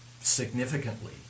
significantly